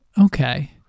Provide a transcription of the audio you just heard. Okay